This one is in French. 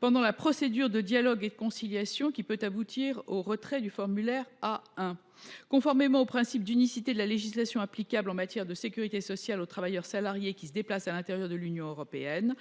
pendant la procédure de dialogue et de conciliation qui peut aboutir au retrait du formulaire A1. Conformément au principe d’unicité de la législation applicable en matière de sécurité sociale aux travailleurs salariés qui se déplacent à l’intérieur de l’Union européenne,